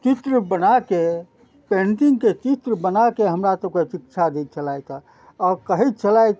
चित्र बनाके पेन्टिंगके चित्र बनाके हमरा सभके शिक्षा दै छलैथ आओर कहय छलैथ